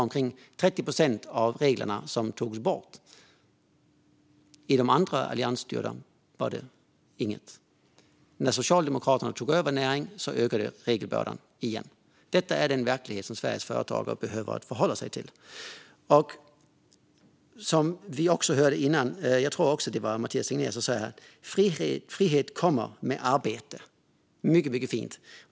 Omkring 30 procent av reglerna togs bort. På de andra alliansstyrda departementen gjordes inget, och när Socialdemokraterna tog över Näringsdepartementet ökade regelbördan igen. Detta är den verklighet som Sveriges företagare behöver förhålla sig till. Som vi hörde innan - jag tror att det var Mathias Tegnér som sa det också - kommer frihet med arbete; det är mycket, mycket fint!